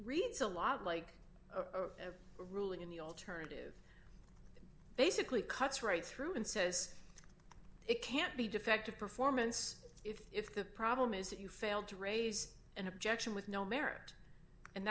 reads a lot like a ruling in the alternative that basically cuts right through and says it can't be defective performance if the problem is that you failed to raise an objection with no merit and